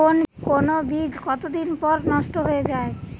কোন বীজ কতদিন পর নষ্ট হয়ে য়ায়?